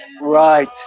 Right